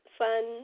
fun